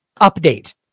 update